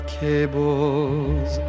cables